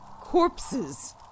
corpses